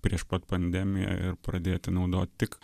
prieš pat pandemiją ir pradėti naudot tik